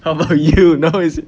how about you now is